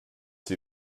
see